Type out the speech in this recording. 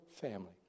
family